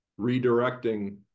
redirecting